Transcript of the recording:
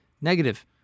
negative